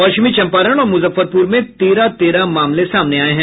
पश्चिमी चंपारण और मुजफ्फरपुर में तेरह तेरह मामले सामने आये हैं